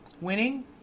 winning